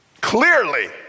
clearly